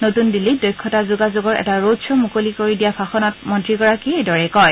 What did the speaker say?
নতুন দিল্লীত দক্ষতা যোগাযোগৰ এটা ৰোড খ ঁ মুকলি কৰি দিয়া ভাষণত মন্ত্ৰীগৰাকীয়ে এইদৰে কয়